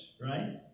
right